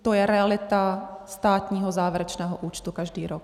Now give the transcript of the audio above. To je realita státního závěrečného účtu každý rok.